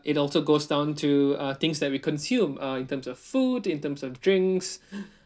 it also goes down to uh things that we consume uh in terms of food in terms of drinks